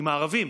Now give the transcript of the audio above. עם הערבים.